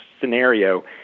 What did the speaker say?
scenario